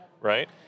right